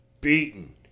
beaten